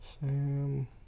Sam